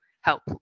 help